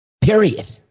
Period